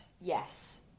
Yes